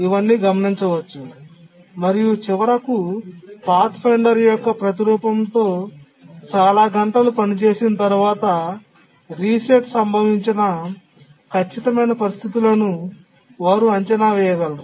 ఇవన్నీ గమనించవచ్చు మరియు చివరకు పాత్ఫైండర్ యొక్క ప్రతిరూపంతో చాలా గంటలు పనిచేసిన తరువాత రీసెట్ సంభవించిన ఖచ్చితమైన పరిస్థితులను వారు అంచనా వేయగలరు